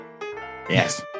Yes